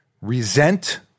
resent